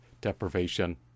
deprivation